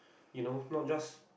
you know not just